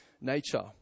nature